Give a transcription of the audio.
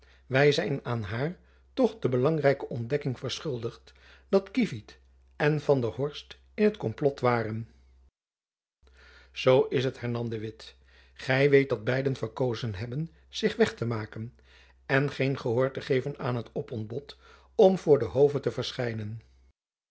wy zijn aan haar toch de belangrijke ontdekking verschuldigd dat kievit en van der horst in het komplot waren zoo is het hernam de witt gy weet dat beiden verkozen hebben zich weg te maken en geen gehoor te geven aan het opontbod om voor den hove te verschijnen